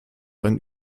einen